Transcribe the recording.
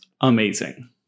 amazing